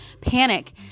panic